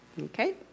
Okay